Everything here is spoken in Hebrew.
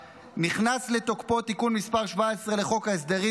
נכנס לתוקפו תיקון מס' 17 לחוק ההסדרים,